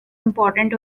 important